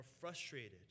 frustrated